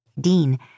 Dean